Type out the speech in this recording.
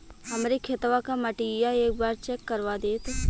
हमरे खेतवा क मटीया एक बार चेक करवा देत?